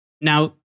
Now